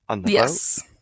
yes